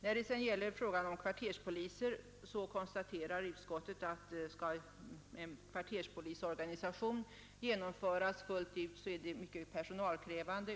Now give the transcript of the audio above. När det gäller frågan om kvarterspoliser konstaterar utskottet att en fullt genomförd kvarterspolisorganisation är mycket personalkrävande.